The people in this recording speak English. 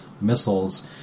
missiles